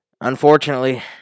Unfortunately